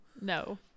No